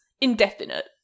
indefinite